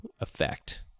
effect